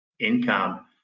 income